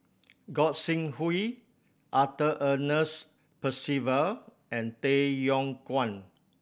Gog Sing Hooi Arthur Ernest Percival and Tay Yong Kwang